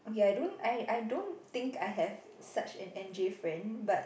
ya I don't I I don't I think I have such an Anjib friend but